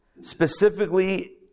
specifically